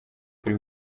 kuri